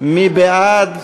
מי בעד?